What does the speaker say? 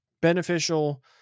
beneficial